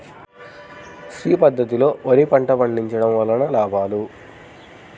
శ్రీ పద్ధతిలో వరి పంట పండించడం వలన లాభాలు?